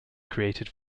created